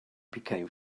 became